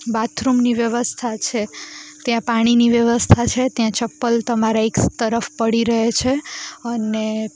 બાથરૂમની વ્યવસ્થા છે ત્યાં પાણીની વ્યવસ્થા છે ત્યાં ચંપલ તમારા એક તરફ પડી રહે છે અને